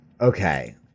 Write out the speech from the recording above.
okay